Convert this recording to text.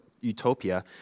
utopia